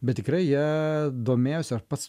bet tikrai jie domėjosi aš pats